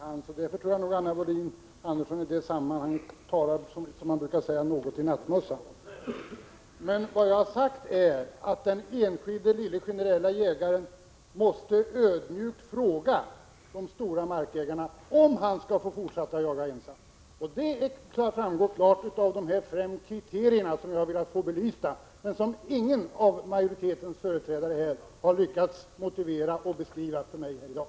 Jaktlag, m.m. Fru talman! Jag har i denna debatt över huvud taget inte talat om att stå med mössan i hand. Jag tror Anna Wohlin-Andersson i det sammanhanget, som man brukar säga, talar litet i nattmössan. Vad jag har sagt är att den enskilde lille generelljägaren måste ödmjukt fråga de stora markägarna om han skall få fortsätta att jaga ensam. Detta framgår klart av de fem kriterierna, som jag har velat få belysta men som ingen av majoritetens företrädare har lyckats beskriva eller motivera för mig här i dag.